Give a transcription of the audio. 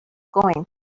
going